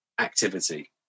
activity